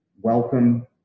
welcome